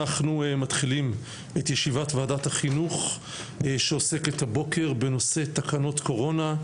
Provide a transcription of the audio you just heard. אנחנו מתחילים את ישיבת ועדת החינוך שעוסקת הבוקר בנושא תקנות קורונה,